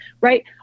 right